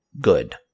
good